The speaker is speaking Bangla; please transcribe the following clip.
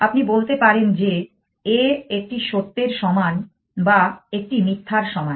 আপনি বলতে পারেন যে A একটি সত্যের সমান বা একটি মিথ্যার সমান